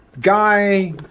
Guy